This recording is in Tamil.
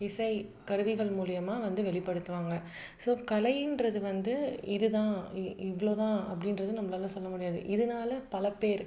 இசை கருவிகள் மூலிமா வந்து வெளிப்படுத்துவாங்க ஸோ கலையின்றது வந்து இது தான் இ இவ்வளோ தான் அப்படின்றது நம்மளால சொல்ல முடியாது இதனால பல பேர்